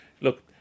Look